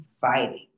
fighting